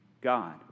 God